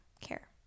care